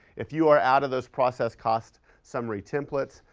if you are out of those process cost summary templates,